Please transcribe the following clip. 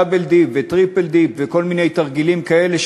דאבל-D וטריפל-D וכל מיני תרגילים כאלה,